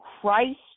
Christ